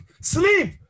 Sleep